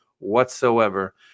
whatsoever